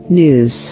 news